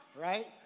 Right